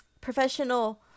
professional